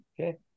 Okay